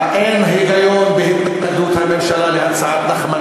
אין היגיון בהתנגדות הממשלה להצעת נחמן